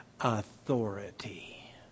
authority